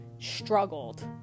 struggled